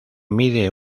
mide